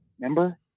Remember